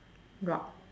got